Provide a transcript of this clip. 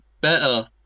better